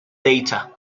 data